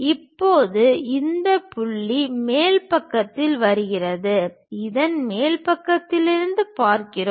இப்போது இந்த புள்ளி மேல் பக்கத்தில் வருகிறது அதன் மேல் பக்கத்திலிருந்து பார்க்கிறோம்